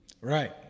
right